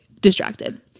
distracted